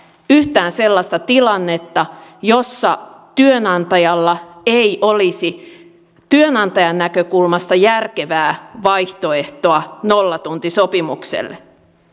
yhtään sellaista tilannetta jossa työnantajalla ei olisi työnantajan näkökulmasta järkevää vaihtoehtoa nollatuntisopimukselle